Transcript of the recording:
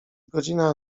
godzina